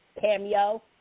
cameo